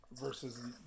Versus